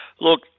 Look